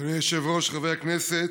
אדוני היושב-ראש, חברי הכנסת,